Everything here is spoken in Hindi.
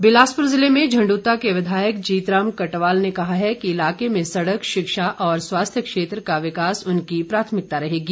कटवाल बिलासपुर जिले में झण्ड्रता के विधायक जीत राम कटवाल ने कहा है कि इलाके में सड़क शिक्षा और स्वास्थ्य क्षेत्र का विकास उनकी प्राथमिकता रहेगी